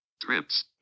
trips